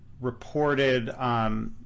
reported